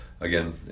Again